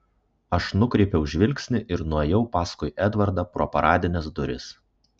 aš nukreipiau žvilgsnį ir nuėjau paskui edvardą pro paradines duris